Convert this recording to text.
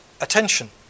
attention